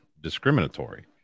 discriminatory